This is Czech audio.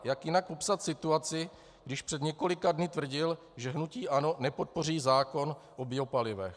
Jak jinak popsat situaci, když před několika dny tvrdil, že hnutí ANO nepodpoří zákon o biopalivech?